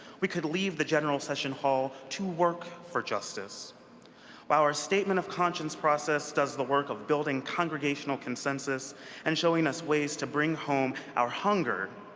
we could leave the general session hall to work for while our statement of conscience process does the work of building congregational consensus and showing us ways to bring home our hunger,